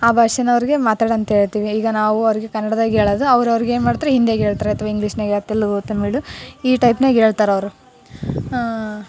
ಆ ಭಾಷೆನ ಅವ್ರಿಗೆ ಮಾತಾಡು ಅಂಥೇಳ್ತೀವಿ ಈಗ ನಾವು ಅವ್ರಿಗೆ ಕನ್ನಡ್ದಾಗ ಹೇಳೋದು ಅವ್ರು ಅವ್ರ್ಗೆ ಏನ್ಮಾಡ್ತಾರ್ ಹಿಂದಿಯಾಗ ಹೇಳ್ತಾರ್ ಅಥ್ವಾ ಇಂಗ್ಲಿಷ್ನ್ಯಾಗ ತೆಲುಗು ತಮಿಳು ಈ ಟೈಪ್ನ್ಯಾಗ ಹೇಳ್ತಾರೆ ಅವ್ರು